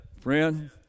Friend